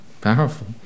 Powerful